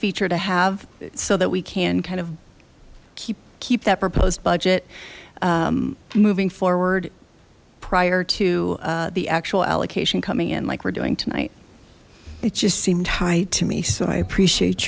feature to have so that we can kind of keep keep that proposed budget moving forward prior to the actual allocation coming in like we're doing tonight it just seemed hyde to me so i appreciate